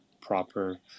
proper